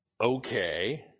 okay